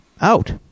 out